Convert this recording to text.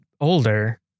older